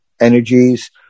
energies